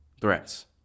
threats